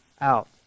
out